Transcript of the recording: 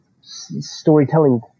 storytelling